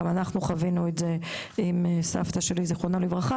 גם אנחנו חווינו את זה עם סבתא שלי זיכרונה לברכה,